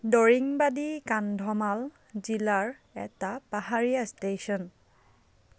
দৰিঙবাদী কান্ধমাল জিলাৰ এটা পাহাৰীয়া ষ্টেচন